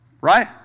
right